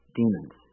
demons